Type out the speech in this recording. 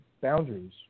boundaries